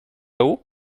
haut